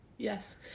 Yes